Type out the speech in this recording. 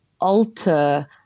alter